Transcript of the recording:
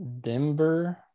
Denver